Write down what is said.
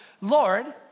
Lord